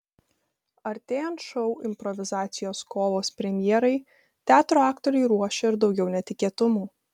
artėjant šou improvizacijos kovos premjerai teatro aktoriai ruošia ir daugiau netikėtumų